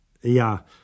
ja